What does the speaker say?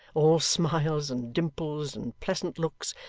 all smiles and dimples and pleasant looks,